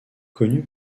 connu